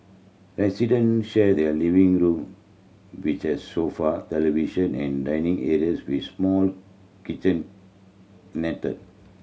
resident share their living room which has sofa television and dining areas with small kitchenette